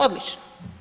Odlično.